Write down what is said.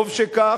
וטוב שכך,